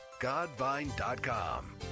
Godvine.com